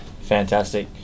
fantastic